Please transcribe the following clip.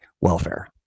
welfare